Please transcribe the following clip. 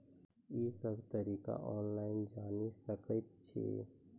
ई सब तरीका ऑनलाइन जानि सकैत छी?